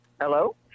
Hello